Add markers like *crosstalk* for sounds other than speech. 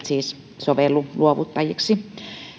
*unintelligible* siis eivät sovellu luovuttajiksi